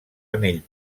anell